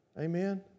Amen